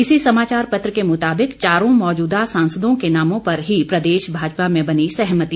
इसी समाचार पत्र के मुताबिक चारों मौजूदा सांसदों के नामों पर ही प्रदेश भाजपा में बनी सहमति